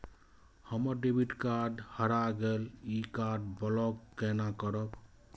हमर debit card हरा गेल ये कार्ड ब्लॉक केना करब?